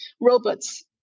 robots